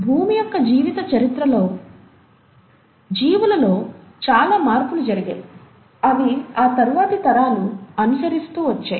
భూమి యొక్క జీవిత చరిత్రలో జీవులలో చాలా మార్పులు జరిగాయి అవి తరువాతి తరాలు అనుసరిస్తూ వచ్చాయి